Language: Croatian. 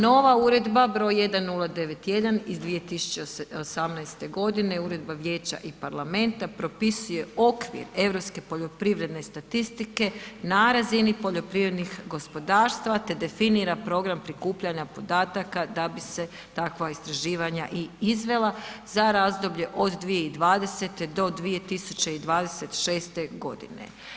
Nova uredba br. 1091. iz 2018. godine, Uredba Vijeća i Parlamenta, propisuje okvir europske poljoprivredne statistike na razini poljoprivrednih gospodarstava te definira program prikupljanja podataka da bi se takva istraživanja i izvela za razdoblje od 2020. do 2026. godine.